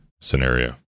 scenario